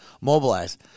mobilize